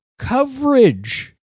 coverage